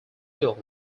film